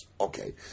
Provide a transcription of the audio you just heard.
Okay